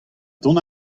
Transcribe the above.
dont